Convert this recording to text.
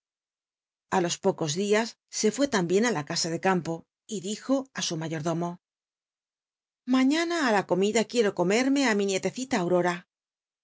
a los pocos dias se fué tambien a la casa de campo y dijo á su mayordomo maiiana á la comida quiero comerme á mi nietecita aurora